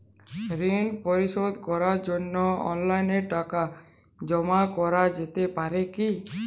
ঋন পরিশোধ করার জন্য অনলাইন টাকা জমা করা যেতে পারে কি?